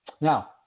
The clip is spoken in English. Now